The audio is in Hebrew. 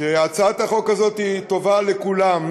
שהצעת החוק הזאת טובה לכולם,